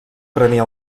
prenia